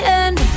end